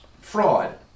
fraud